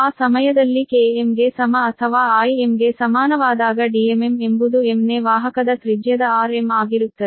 ಆ ಸಮಯದಲ್ಲಿ k m ಗೆ ಸಮ ಅಥವಾ i m ಗೆ ಸಮಾನವಾದಾಗ Dmm ಎಂಬುದು m ನೇ ವಾಹಕದ ತ್ರಿಜ್ಯದ r m ಆಗಿರುತ್ತದೆ